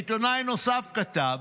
עיתונאי נוסף כתב